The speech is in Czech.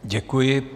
Děkuji.